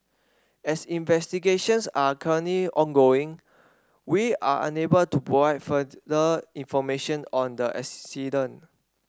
as investigations are currently ongoing we are unable to provide further information on the